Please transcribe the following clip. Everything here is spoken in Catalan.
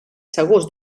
segurs